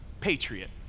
patriot